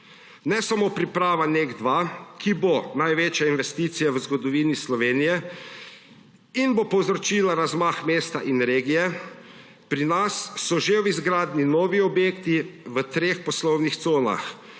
Ne samo priprava NEK 2, ki bo največja investicija v zgodovini Slovenije in bo povzročila razmah mesta in regije, pri nas so že v izgradnji novi objekti v treh poslovnih conah,